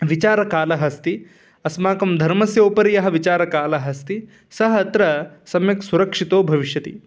विचारकालः अस्ति अस्माकं धर्मस्य उपरि यः विचारकालः अस्ति सः अत्र सम्यक् सुरक्षितो भविष्यति